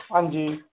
हांजी